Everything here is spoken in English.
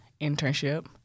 internship